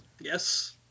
yes